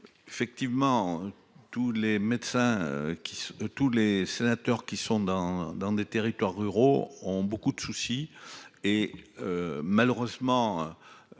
Effectivement tous les médecins qui sont tous les sénateurs qui sont dans dans des territoires ruraux ont beaucoup de soucis et. Malheureusement.